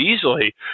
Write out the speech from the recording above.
easily